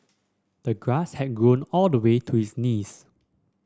the grass had grown all the way to his knees